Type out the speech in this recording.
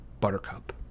Buttercup